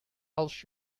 als